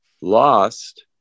lost